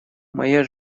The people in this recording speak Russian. моя